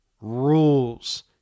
rules